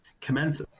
commence